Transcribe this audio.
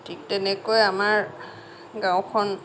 ঠিক তেনেকৈ আমাৰ গাঁওখন